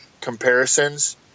comparisons